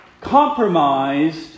compromised